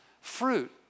fruit